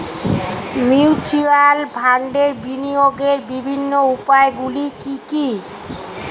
Mutual ফান্ডে বিনিয়োগের বিভিন্ন উপায়গুলি কি কি?